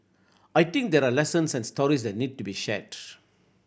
I think there are lessons and stories that need to be shared